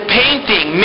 painting